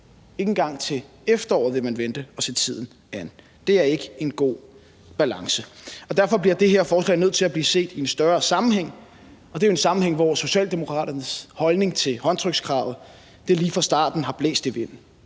Ikke engang til efteråret vil man vente og se tiden an. Det er ikke en god balance, og derfor bliver det her forslag nødt til at blive set i en større sammenhæng, og det er en sammenhæng, hvor Socialdemokraternes holdning til håndtrykskravet lige fra starten har blæst i vinden.